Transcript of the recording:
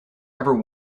ever